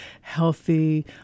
healthy